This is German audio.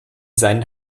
seinen